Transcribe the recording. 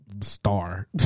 star